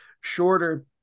shorter